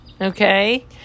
Okay